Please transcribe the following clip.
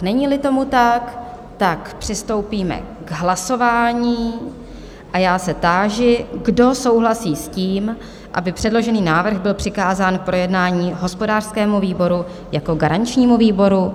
Neníli tomu tak, přistoupíme k hlasování a já se táži, kdo souhlasí s tím, aby předložený návrh byl přikázán k projednání hospodářskému výboru jako garančnímu výboru?